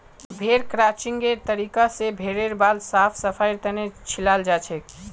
भेड़ क्रचिंगेर तरीका स भेड़ेर बाल साफ सफाईर तने छिलाल जाछेक